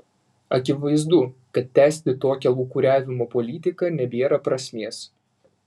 akivaizdu kad tęsti tokią lūkuriavimo politiką nebėra prasmės